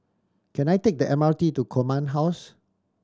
can I take the M R T to Command House